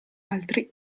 altri